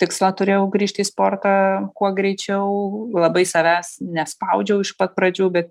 tikslą turėjau grįžti į sportą kuo greičiau labai savęs nespaudžiau iš pat pradžių be